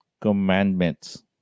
Commandments